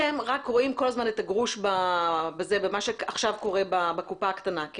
אתם רק רואים את הגרוש במה שעכשיו קורה בקופה הקטנה.